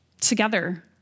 together